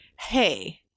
hey